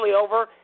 over